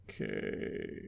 okay